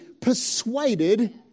persuaded